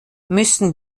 müssen